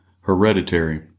Hereditary